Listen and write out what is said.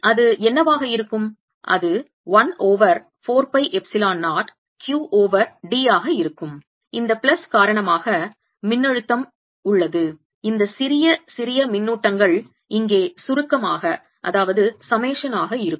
அது என்னவாக இருக்கும் அது 1 over 4 pi epsilon 0 Q over d ஆக இருக்கும் இந்த பிளஸ் காரணமாக மின்னழுத்தம் உள்ளது இந்த சிறிய சிறிய மின்னூட்டங்கள் இங்கே சுருக்கமாக இருக்கும்